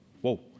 Whoa